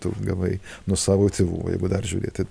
tu gavai nuo savo tėvų o jeigu dar žiūrėti